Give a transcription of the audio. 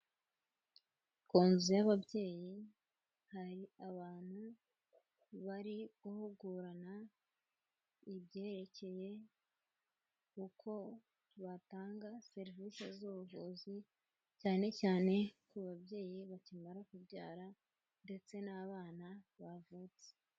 Ku nzu y'ababyeyi hari abantu bari guhugurana ibyerekeye uko batanga serivisi z'ubuvuzi cyane cyane ku babyeyi bakimara kubyara ndetse n'abana bavutse.